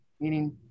Meaning